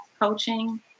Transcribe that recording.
coaching